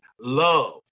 love